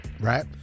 right